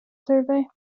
survey